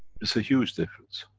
it's a huge difference.